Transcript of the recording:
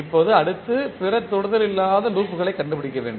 இப்போது அடுத்து பிற தொடுதல் இல்லாத லூப்களைக் கண்டுபிடிக்க வேண்டும்